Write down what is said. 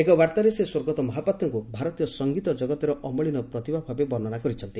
ଏକ ବାର୍ତ୍ତାରେ ସେ ସ୍ୱର୍ଗତ ମହାପାତ୍ରଙ୍କୁ ଭାରତୀୟ ସଙ୍ଗୀତ ଜଗତର ଅମଳିନ ପ୍ରତିଭାଭାବେ ବର୍ଷ୍ନା କରିଛନ୍ତି